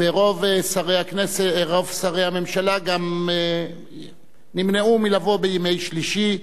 ורוב שרי הממשלה גם נמנעו מלבוא בימי שלישי,